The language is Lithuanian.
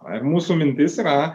ar mūsų mintis yra